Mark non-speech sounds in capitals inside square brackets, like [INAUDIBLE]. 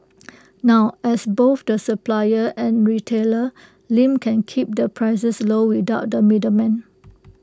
[NOISE] now as both the supplier and retailer Lim can keep the prices low without the middleman